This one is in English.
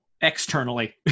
Externally